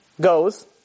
goes